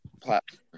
platform